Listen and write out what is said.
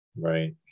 Right